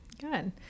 Good